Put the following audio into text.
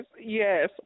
yes